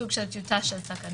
סוג של טיוטה של תקנות.